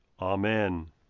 Amen